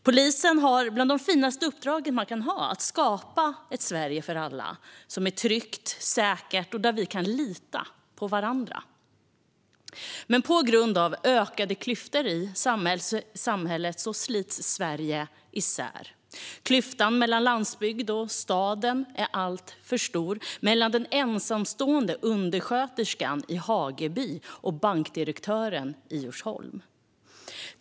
Polisen har ett av de finaste uppdrag man kan ha - att skapa ett Sverige för alla som är tryggt och säkert och där vi kan lita på varandra. Men på grund av ökade klyftor i samhället slits Sverige isär. Klyftan mellan landsbygden och staden är alltför stor, liksom klyftan mellan den ensamstående undersköterskan i Hageby och bankdirektören i Djursholm.